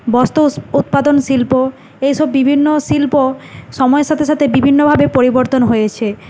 বস্ত্র উৎপাদন শিল্প এইসব বিভিন্ন শিল্প সময়ের সাথে সাথে বিভিন্নভাবে পরিবর্তন হয়েছে